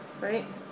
right